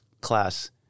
class